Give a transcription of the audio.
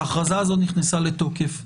ההכרזה הזאת נכנסת לתוקף,